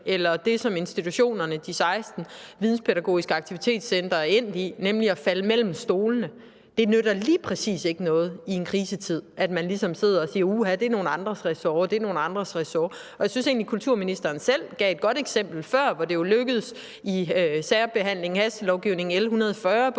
eller det, som de 16 videnspædagogiske aktivitetscentre er endt i, nemlig at falde mellem stolene – lige præcis ikke nytter noget i en krisetid. Altså at man ligesom sidder og siger: Uha det er nogle andres ressort. Og jeg synes egentlig, at kulturministeren selv gav et godt eksempel før, hvor det jo med hastebehandlingen af L 140